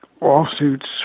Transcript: lawsuits